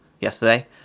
yesterday